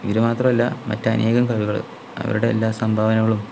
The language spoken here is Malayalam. ഇവര് മാത്രമല്ല മറ്റനേകം കവികള് അവരുടെ എല്ലാ സംഭാവനകളും